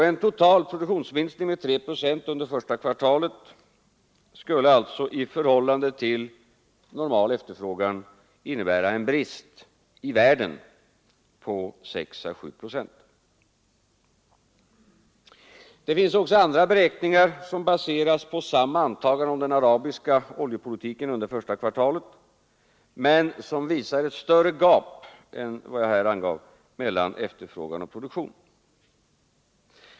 En total produktionsminskning med 3 procent under första kvartalet skulle alltså i förhållande till normal efterfrågan innebära en brist i världen på 6 å 7 procent. Det finns också andra beräkningar som baseras på samma antaganden om den arabiska oljepolitiken under första kvartalet men som visar ett större gap mellan efterfrågan och produktion än vad jag här angav.